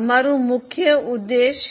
અમારું મુખ્ય ઉદ્દેશ